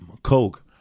coke